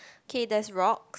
okay there's rocks